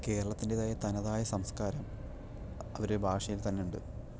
കേരളത്തിൻ്റെതായ തനതായ സംസാരം അവരുടെ ഭാഷയിൽ തന്നെയുണ്ട്